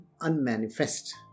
unmanifest